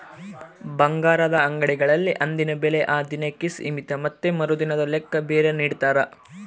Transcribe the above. ಬಂಗಾರದ ಅಂಗಡಿಗಳಲ್ಲಿ ಅಂದಿನ ಬೆಲೆ ಆ ದಿನಕ್ಕೆ ಸೀಮಿತ ಮತ್ತೆ ಮರುದಿನದ ಲೆಕ್ಕ ಬೇರೆ ನಿಡ್ತಾರ